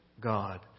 God